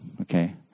Okay